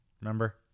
Remember